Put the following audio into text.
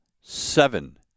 seven